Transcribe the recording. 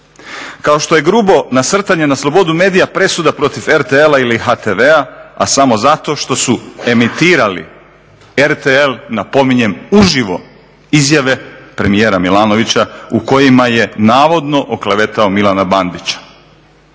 Kao što je grubo nasrtanje na slobodu medija presuda protiv RTL-a ili HTV-a, a samo zato što su emitirali RTL napominjem uživo izjave premijera Milanovića u kojima je navodno oklevetao Milana Bandića.